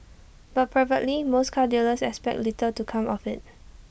but privately most car dealers expect little to come of IT